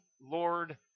Lord